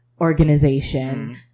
organization